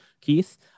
Keith